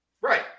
Right